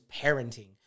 parenting